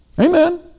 Amen